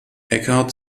eckhart